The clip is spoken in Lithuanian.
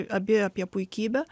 abi apie puikybę